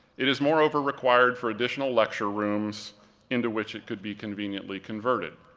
it is moreover required for additional lecture rooms into which it could be conveniently converted.